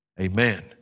amen